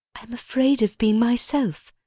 am afraid of being myself.